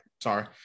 Sorry